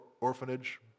orphanage